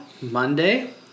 Monday